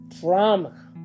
drama